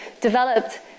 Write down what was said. developed